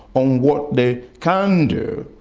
on what they can do.